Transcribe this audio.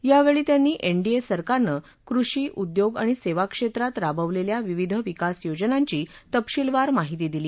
यावेळी त्यांनी एनडीए सरकारनं कृषी उद्योग आणि सेवा क्षेत्रात राबवलेल्या विविध विकास योजनांची तपशीलवार माहिती दिली